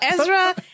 Ezra